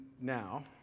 now